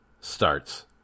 starts